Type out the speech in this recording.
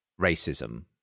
racism